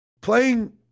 playing